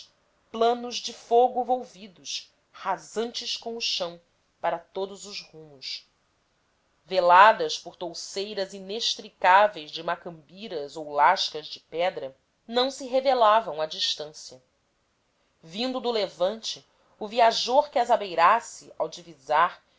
planos de fogo volvidos rasantes com o chão para todos os rumos veladas por touceiras inextricáveis de macambiras ou lascas de pedra não se revelavam à distância vindo do levante o viajor que as abeirasse ao divisar